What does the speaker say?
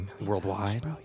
worldwide